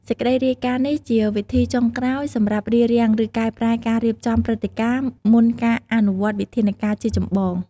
សេចក្តីរាយការណ៍នេះជាវិធីចុងក្រោយសម្រាប់រារាំង ឬកែប្រែការរៀបចំព្រឹត្តិការណ៍ មុនការអនុវត្តវិធានការជាចម្បង។